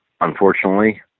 unfortunately